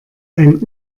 ein